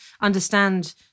understand